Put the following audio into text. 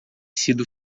sido